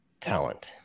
talent